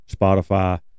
Spotify